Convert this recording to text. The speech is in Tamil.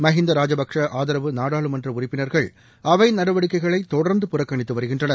மகீந்தா ராஜபக்சே ஆதரவு நாடாளுமன்ற உறுப்பினர்கள் அவை நடவடிக்கைகளை தொடர்ந்து புறக்கணித்து வருகின்றனர்